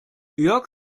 jörg